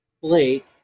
Blake